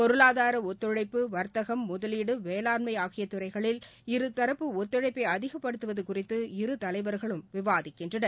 பொருளாதார ஒத்துழைப்பு வர்த்தகம் முதலீடு வேளாண்மை ஆகிய துறைகளில் இருதரப்பு ஒத்துழைப்பை அதிகப்படுத்துவது குறித்து இருதலைவர்களும் விவாதிக்கின்றனர்